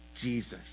Jesus